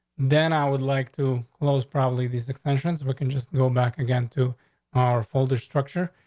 then i would like to close. probably these extensions. we can just go back again to our folder structure.